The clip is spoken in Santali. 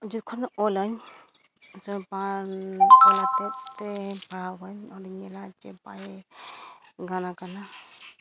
ᱡᱚᱠᱷᱚᱱ ᱚᱞᱟᱹᱧ ᱥᱮ ᱵᱟᱝ ᱚᱞ ᱦᱚᱛᱮᱡᱽ ᱛᱮ ᱯᱟᱲᱦᱟᱣᱟᱹᱧ ᱚᱰᱮᱧ ᱧᱮᱞᱟ ᱡᱮ ᱵᱟᱭ ᱜᱟᱱ ᱟᱠᱟᱱᱟ